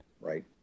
Right